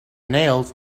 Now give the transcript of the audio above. nails